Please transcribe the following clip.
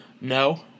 No